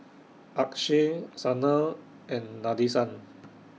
Akshay Sanal and Nadesan